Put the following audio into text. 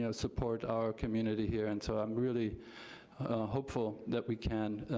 you know support our community here and so i'm really hopeful that we can,